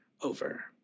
over